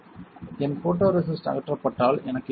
என் photoresist அகற்றப்பட்டால் எனக்கு என்ன கிடைக்கும்